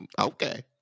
Okay